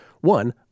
One—